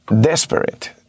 desperate